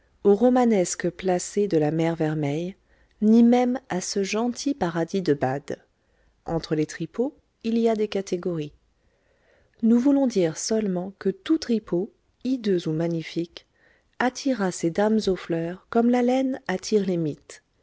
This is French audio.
romanesques placers de la mer vermeille ni même à ce gentil paradis de bade entre les tripots il y a des catégories nous voulons dire seulement que tout tripot hideux ou magnifique attira ces dames aux fleurs comme la laine attire les mites